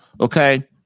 Okay